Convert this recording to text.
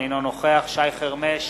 אינו נוכח שי חרמש,